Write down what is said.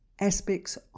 aspects